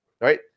Right